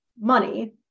money